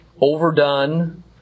overdone